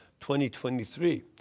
2023